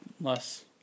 less